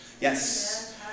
yes